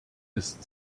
ist